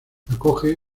acoge